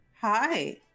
Hi